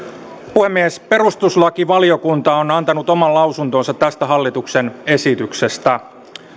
puhemies perustuslakivaliokunta on antanut oman lausuntonsa tästä hallituksen esityksestä